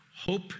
hope